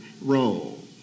role